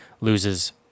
loses